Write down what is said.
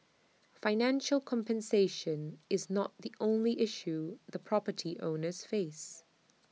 financial compensation is not the only issue the property owners face